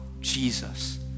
Jesus